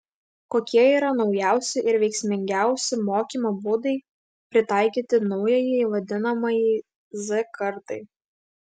kokie yra naujausi ir veiksmingiausi mokymo būdai pritaikyti naujajai vadinamajai z kartai